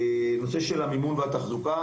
לנושא המימון והתחזוקה